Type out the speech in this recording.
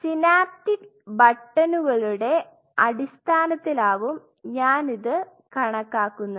synaptic ബട്ടണുകളുടെ അടിസ്ഥാനത്തിലാവും ഞാൻ ഇത് കണക്കാക്കുന്നത്